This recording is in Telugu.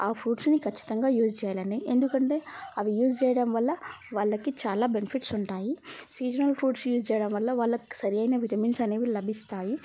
ఆ ఫ్రూట్స్ని ఖతంగా యూజ్ చేయాలండి ఎందుకంటే అవి యూజ్ చేయడం వల్ల వాళ్ళకి చాలా బెనిఫిట్స్ ఉంటాయి సీజనల్ ఫ్రూట్స్ యూజ్ చేయడం వల్ల వాళ్ళకు సరి అయిన విటమిన్స్ అనేవి లభిస్తాయి